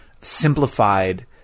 simplified